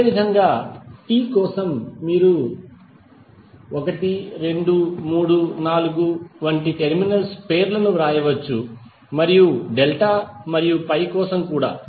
అదేవిధంగా T కోసం మీరు 1 2 3 4 వంటి టెర్మినల్స్ పేర్లను వ్రాయవచ్చు మరియు డెల్టా మరియు పై కోసం కూడా